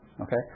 Okay